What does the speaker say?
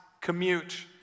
commute